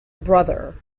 brother